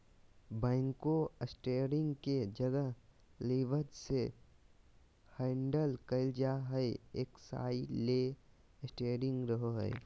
backhoe steering के जगह levers से हैंडल कइल जा हइ, एक साइड ले स्टेयरिंग रहो हइ